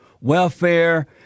welfare